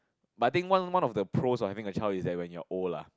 but I think one one of the pros of having a child is that when you're old lah